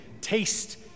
taste